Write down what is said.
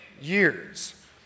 years